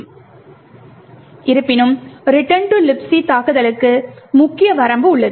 இருப்பினும் Return to Libc தாக்குதலுக்கு முக்கிய வரம்பு உள்ளது